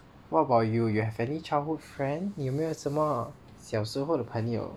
what about you you have any childhood friend 有没有什么小时候的朋友